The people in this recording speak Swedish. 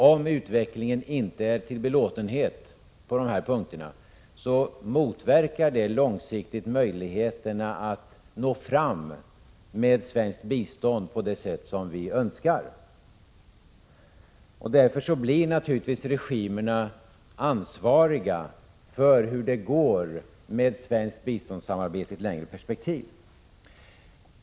Om utvecklingen inte är till belåtenhet på dessa punkter, motverkar den långsiktigt möjligheterna att nå fram med svenskt bistånd på det sätt som vi önskar. Därför blir naturligtvis regimerna ansvariga för hur det går med svenskt biståndssamarbete i ett längre perspektiv.